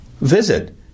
Visit